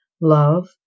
love